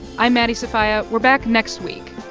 i'm maddie sofia. we're back next week.